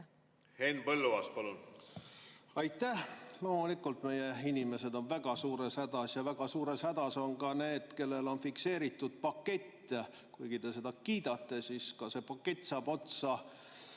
põhjusega. Aitäh! Loomulikult on meie inimesed väga suures hädas ja väga suures hädas on ka need, kellel on fikseeritud pakett. Kuigi te seda kiidate, aga ka see pakett saab otsa